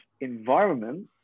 environment